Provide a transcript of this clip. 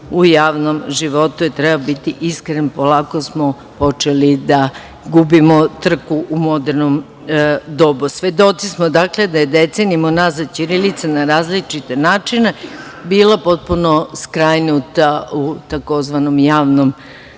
u javnom životu. Treba biti iskren, polako smo počeli da gubimo trku u modernom dobu. Svedoci smo da je decenijama unazad ćirilica na različite načine bila potpuno skrajnuta u tzv. javnom